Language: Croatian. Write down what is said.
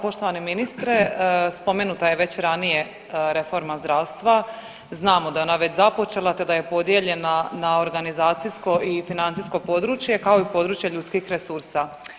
Poštovani ministre, spomenuta je već ranije reforma zdravstva, znamo da je ona već započela, te da je podijeljena na organizacijsko i financijsko područje, kao i područje ljudskih resursa.